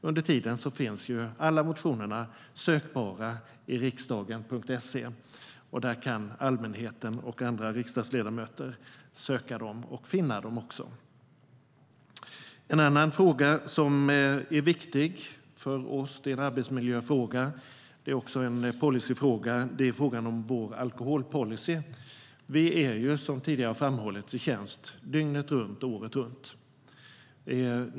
Under tiden finns ju alla motioner sökbara på riksdagen.se. Där kan allmänheten och andra riksdagsledamöter söka dem och även finna dem. Vi är som tidigare har framhållits i tjänst dygnet runt och året runt.